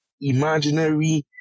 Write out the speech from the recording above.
imaginary